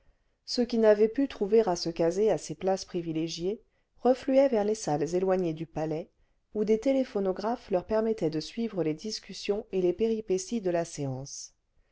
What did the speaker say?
ceux qui n'avaient pu trouver à se caser à ces places privilégiées refluaient vers les salles éloignées du palais où des téléphonographes leur permettaient de suivre les discussions et les péripéties de la séance